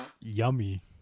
yummy